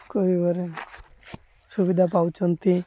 କରିବାରେ ସୁବିଧା ପାଉଛନ୍ତି